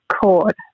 cord